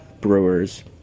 brewers